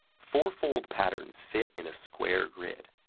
fourfold patterns fit in a square grid,